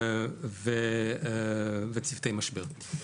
וצוותי משבר.